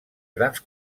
grans